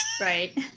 Right